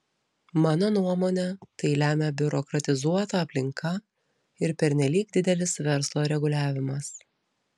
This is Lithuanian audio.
mano nuomone tai lemia biurokratizuota aplinka ir pernelyg didelis verslo reguliavimas